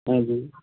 ਹਾਂਜੀ